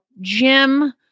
Jim